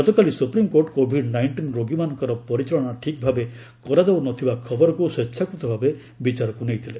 ଗତକାଲି supreme court covid nineteen ରୋଗୀମାନଙ୍କର ପରିଚାଳନା ଠିକ୍ ଭାବେ କରାଯାଉନଥିବା ଖବରକୁ ସ୍ୱଚ୍ଛାକୂତ ଭାବେ ବିଚାରକୁ ନେଇଥିଲେ